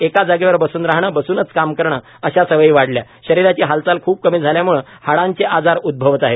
एका जागेवर बसून राहणे बसूनच काम करणे अशा सवयी वाढल्या शरीराची हालचाल खूप कमी झाली याम्ळे हाडांचे आजार उद्भवत आहेत